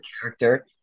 character